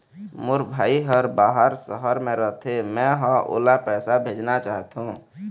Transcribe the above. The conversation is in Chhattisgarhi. मोर भाई हर बाहर शहर में रथे, मै ह ओला पैसा भेजना चाहथों